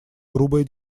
грубая